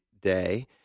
day